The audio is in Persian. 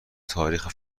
تاریخ